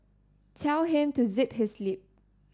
tell him to zip his lip